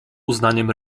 uznaniem